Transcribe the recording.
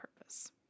purpose